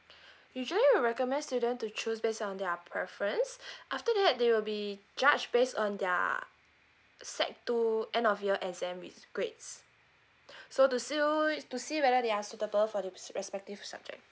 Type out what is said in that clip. usually we recommend student to choose based on their preference after that they will be judged based on their S_E_C two end of year exam with grades so to see to see whether they are suitable for the respective subject